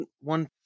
one